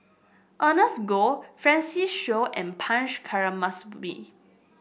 Ernest Goh Francis Seow and Punch